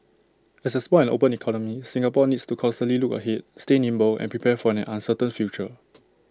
as A small and open economy Singapore needs to constantly look ahead stay nimble and prepare for an uncertain future